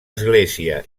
església